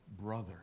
brother